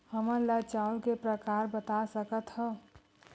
हमन ला चांउर के प्रकार बता सकत हव?